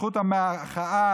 שזכות המחאה,